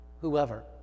whoever